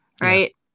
right